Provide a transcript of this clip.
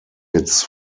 its